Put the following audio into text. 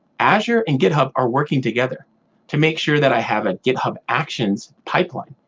azure and github are working together to make sure that i have a github actions pipeline.